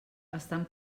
estan